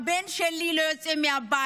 הבן שלי לא יוצא מהבית,